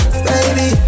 Baby